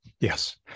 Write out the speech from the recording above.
Yes